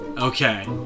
Okay